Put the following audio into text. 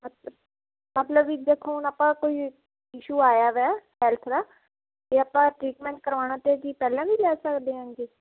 ਅੱਛਾ ਮਤਲਬ ਵੀ ਦੇਖੋ ਹੁਣ ਆਪਾਂ ਕੋਈ ਇਸ਼ੂ ਆਇਆ ਵਾ ਹੈਲਥ ਦਾ ਅਤੇ ਆਪਾਂ ਟਰੀਟਮੈਂਟ ਕਰਵਾਉਣਾ ਅਤੇ ਕੀ ਪਹਿਲਾਂ ਵੀ ਲੈ ਸਕਦੇ ਹਾਂ ਜੀ